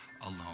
alone